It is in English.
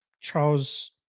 Charles